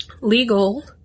legal